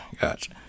gotcha